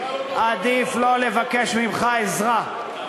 עדיף לא לבקש ממך עזרה.